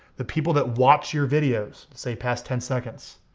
the people that watch your videos, say past ten seconds,